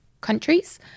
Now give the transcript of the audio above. countries